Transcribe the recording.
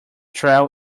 trail